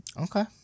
okay